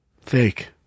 Fake